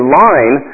line